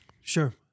Sure